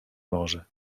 może